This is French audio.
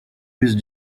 usent